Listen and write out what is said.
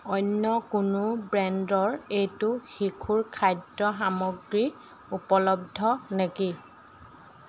অন্য কোনো ব্ৰেণ্ডৰ এইটো শিশুৰ খাদ্য সামগ্ৰী উপলব্ধ নেকি